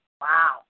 Wow